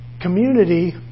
community